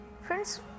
Friends